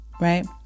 right